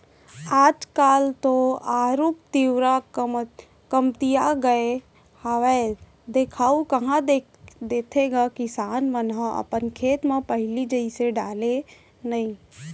आज काल तो आरूग तिंवरा कमतिया गय हावय देखाउ कहॉं देथे गा किसान मन ह अपन खेत म पहिली जइसे डाले नइ